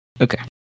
Okay